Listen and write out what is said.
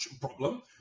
problem